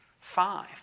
Five